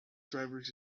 drivers